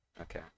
Okay